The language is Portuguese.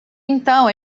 então